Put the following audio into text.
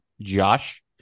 Josh